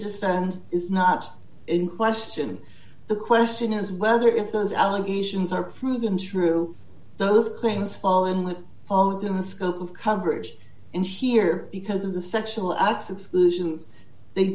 defend is not in question the question is whether if those allegations are proven true those claims fall in with both in the scope of coverage and here because of the sexual acts exclusions they